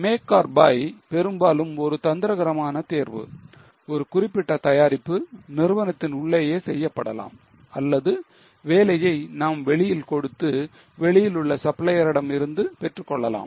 Make or buy பெரும்பாலும் ஒரு தந்திரகரமான தேர்வு ஒரு குறிப்பிட்ட தயாரிப்பு நிறுவனத்தின் உள்ளேயே செய்யப்படலாம் அல்லது வேலையை நாம் வெளியில் கொடுத்து வெளியில் உள்ள supplier ரிடம் இருந்து பெற்றுக்கொள்ளலாம்